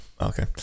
Okay